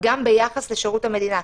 גם ביחס לשירות המדינה.